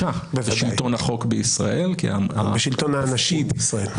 המכון הישראלי לדמוקרטיה,